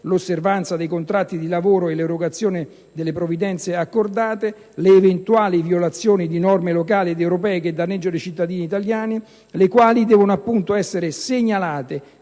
l'osservanza dei contratti di lavoro e l'erogazione delle provvidenze accordate, le eventuali violazioni di norme locali o europee che danneggino i cittadini italiani, le quali devono appunto essere segnalate